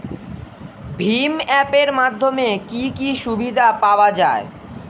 ভিম app এর মাধ্যমে কি কি সুবিধা পাওয়া যায়?